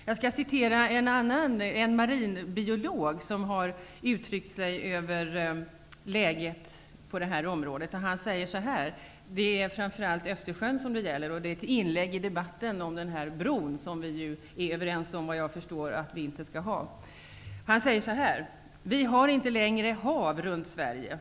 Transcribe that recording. Jag skall citera en marinbiolog som har uttalat sig om läget på området. Det gäller framför allt Östersjön, och det är ett inlägg i debatten om bron -- som jag förstår att vi är överens om att vi inte skall ha. Han säger följande: ''Vi har inte längre hav runt Sverige.